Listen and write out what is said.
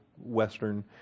Western